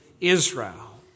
Israel